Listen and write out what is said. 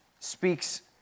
speaks